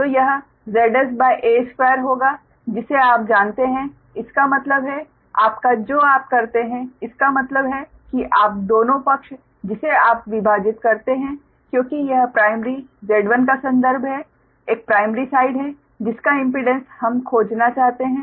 तो यह Zs a2 होगा जिसे आप जानते हैं इसका मतलब है आपका जो आप करते हैं इसका मतलब है कि आप दोनों पक्ष जिसे आप विभाजित करते हैं क्योंकि यह प्राइमरी Z1 का संदर्भ है एक प्राइमरी साइड है जिसका इम्पीडेंस हम खोजना चाहते हैं